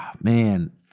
Man